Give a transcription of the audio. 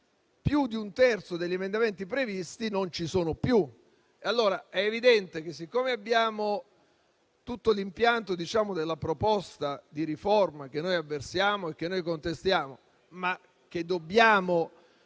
più di un terzo degli emendamenti previsti non ci sono più. È evidente che, siccome abbiamo tutto l'impianto della proposta di riforma che noi avversiamo e contestiamo, ma che dobbiamo